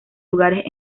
lugares